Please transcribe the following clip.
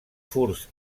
furs